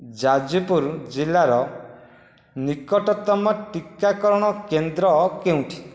ଯାଜପୁର ଜିଲ୍ଲାର ନିକଟତମ ଟିକାକରଣ କେନ୍ଦ୍ର କେଉଁଠି